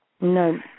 No